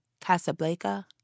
Casablanca